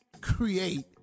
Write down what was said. create